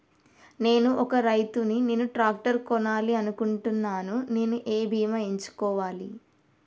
నేను ఒక రైతు ని నేను ట్రాక్టర్ కొనాలి అనుకుంటున్నాను నేను ఏ బీమా ఎంచుకోవాలి?